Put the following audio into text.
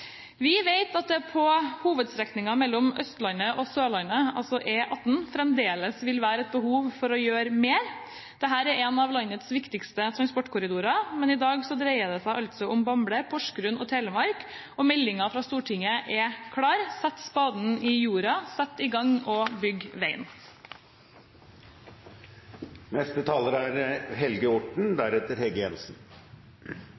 Vi vet at det på hovedstrekningen mellom Østlandet og Sørlandet, altså E18, fremdeles vil være behov for å gjøre mer. Dette er en av landets viktigste transportkorridorer. Men i dag dreier det seg om Bamble, Porsgrunn og Telemark, og meldingen fra Stortinget er klar: Sett spaden i jorda, sett i gang og bygg veien. Dette er